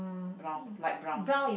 brown light brown